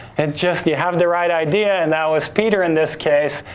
it just, you have the right idea, and that was peter in this case,